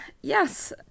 Yes